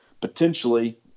potentially